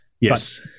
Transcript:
Yes